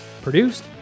produced